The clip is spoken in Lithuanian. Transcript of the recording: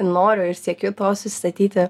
noriu aš siekiu to susistatyti